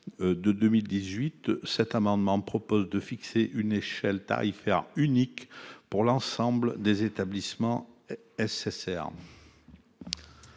2018, cet amendement a pour objet de fixer une échelle tarifaire unique pour l'ensemble des établissements SSR.